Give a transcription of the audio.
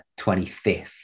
25th